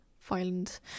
violent